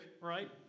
right